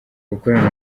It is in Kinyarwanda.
gukorana